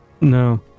No